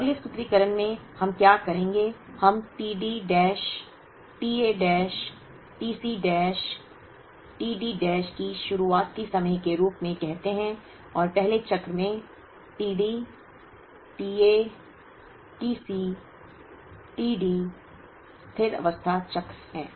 तो अगले सूत्रीकरण में हम क्या करेंगे हम t D dash t A dash t C dash t D dash को शुरुआती समय के रूप में कहते हैं और पहले चक्र में t D t A t C t D स्थिर अवस्था चक्र है